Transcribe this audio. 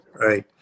right